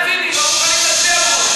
כי אתם, במחנה הציוני, לא מוכנים להצביע עבורו.